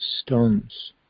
stones